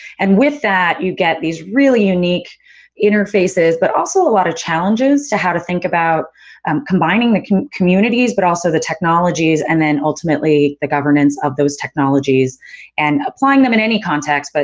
and with that, you get these really unique interfaces but also a lot of challenges to how to think about um combining the communities, but also the technologies and then ultimately, the governance of those technologies and applying them in any context, but